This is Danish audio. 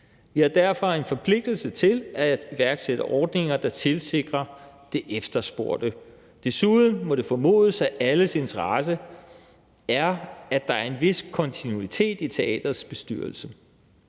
Vi har derfor en forpligtelse til at iværksætte ordninger, der sikrer det efterspurgte. Desuden må det formodes, at det er i alles interesse, at der er en vis kontinuitet i teaterets bestyrelse.